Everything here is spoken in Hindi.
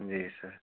जी सर